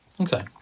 Okay